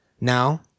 now